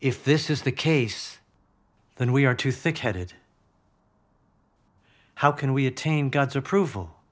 if this is the case then we are too thick headed how can we attain god's approval